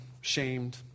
shamed